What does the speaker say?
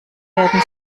werden